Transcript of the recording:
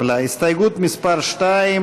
סתיו שפיר,